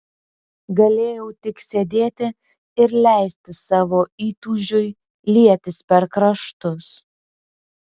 galėjau tik sėdėti ir leisti savo įtūžiui lietis per kraštus